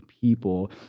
people